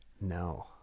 No